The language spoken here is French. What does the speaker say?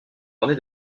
orné